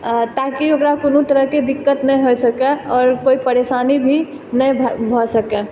ताकि ओकरा कोनो तरहके दिक्कत नहि हो सकै आओर कोइ परेशानी भी नहि भऽ सकै